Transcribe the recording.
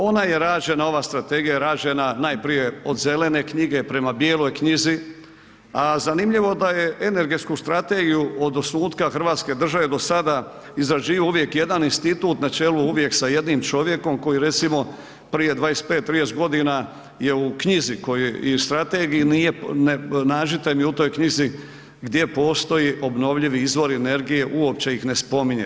Ona je rađena, ova strategija je rađena najprije od Zelene knjige prema Bijeloj knjizi, a zanimljivo da je energetsku strategiju od osnutka Hrvatske države do sada izrađivao uvijek jedan institut na čelu uvijek sa jednim čovjekom koji recimo prije 25-30 godina je u knjizi i u strategiji, nađite mi u toj knjizi gdje postoji obnovljivi izvori energije, uopće ih ne spominje.